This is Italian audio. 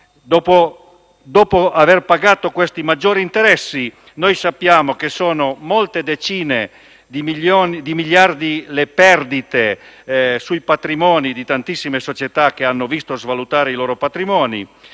dopo aver pagato questi maggiori interessi, ammontano a molte decine di miliardi le perdite sui patrimoni di tantissime società che li hanno visti svalutare. Sappiamo